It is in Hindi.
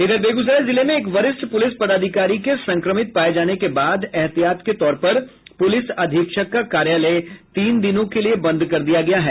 इधर बेगूसराय जिले में एक वरिष्ठ पुलिस पदाधिकारी के संक्रमित पाये जाने के बाद एहतियात के तौर पर पुलिस अधीक्षक का कार्यालय तीन दिनों के लिये बंद कर दिया गया है